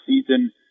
season